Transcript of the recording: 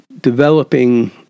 developing